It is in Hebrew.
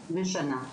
כן.